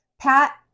Pat